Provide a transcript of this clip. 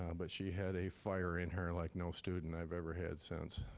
um but she had a fire in her like no student i've ever had since.